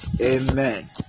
amen